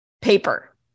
paper